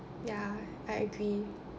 ya I agree